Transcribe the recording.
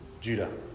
Judah